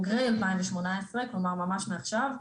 כלומר ממש מעכשיו.